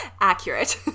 accurate